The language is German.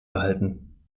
behalten